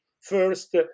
first